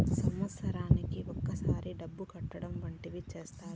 సంవత్సరానికి ఒకసారి డబ్బు కట్టడం వంటివి చేత్తారు